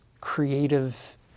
creative